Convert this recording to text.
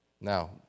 Now